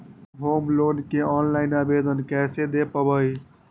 Home loan के online आवेदन कैसे दें पवई?